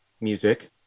music